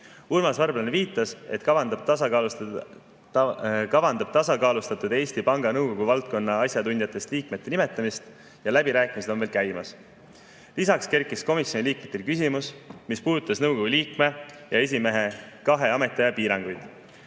Urmas Varblane viitas, et kavandab tasakaalustatud Eesti Panga Nõukogu valdkonna asjatundjatest liikmete nimetamist ja läbirääkimised on veel käimas. Lisaks kerkis komisjoni liikmetel küsimus, mis puudutas nõukogu liikme ja esimehe kahe ametiaja piiranguid.